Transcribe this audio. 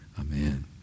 Amen